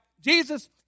Jesus